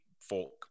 folk